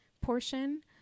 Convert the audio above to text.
portion